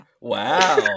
Wow